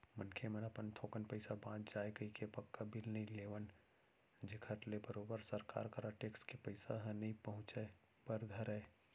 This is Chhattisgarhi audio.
मनखे मन अपन थोकन पइसा बांच जाय कहिके पक्का बिल नइ लेवन जेखर ले बरोबर सरकार करा टेक्स के पइसा ह नइ पहुंचय बर धरय